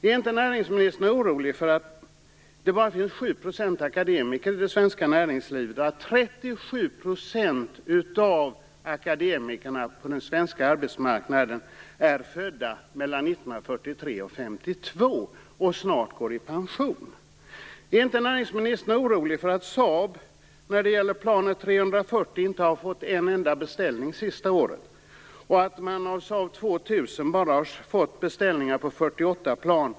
Är inte näringsministern orolig över att det bara finns 7 % akademiker i det svenska näringslivet och att 37 % av akademikerna på den svenska arbetsmarknaden är födda mellan 1943 och 1952 och snart går i pension? Är inte näringsministern orolig över att Saab när det gäller planet 340 inte har fått en enda beställning under de senaste åren och att man när det gäller Saab 2000 bara har fått beställningar på 48 plan?